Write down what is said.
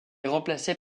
remplacé